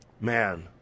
Man